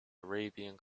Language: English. arabian